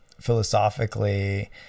philosophically